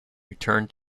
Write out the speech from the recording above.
returned